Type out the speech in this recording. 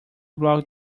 block